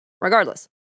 Regardless